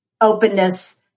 openness